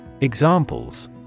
Examples